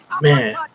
Man